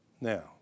Now